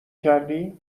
کردی